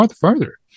farther